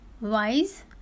wise